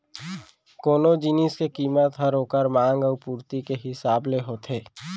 कोनो जिनिस के कीमत हर ओकर मांग अउ पुरती के हिसाब ले होथे